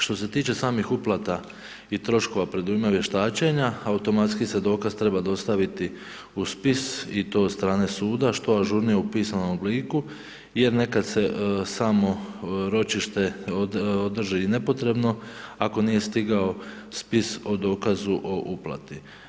Što se tiče samih uplata i troškova predujma vještačenja automatski se dokaz treba dostaviti u spis i to od strane suda, što ažurnije u pisanom obliku, jer nekad se samo ročište održi i nepotrebno ako nije stigao spis o dokazu o uplati.